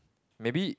maybe